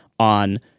on